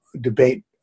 debate